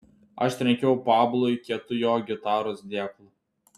aš trenkiau pablui kietu jo gitaros dėklu